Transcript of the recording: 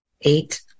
Eight